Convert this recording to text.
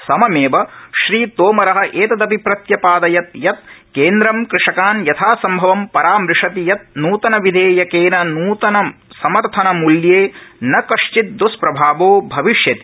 सममेव श्रीतोमरः एतदपि प्रत्यपाययत् यत् केन्द्रं कृषकान् यथासम्भवं परामृशति यत् नूतन विधेयकेन न्यूनतम समर्थन मूल्ये न कश्चित् द्वष्प्रभावो भविष्यति